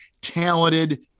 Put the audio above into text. talented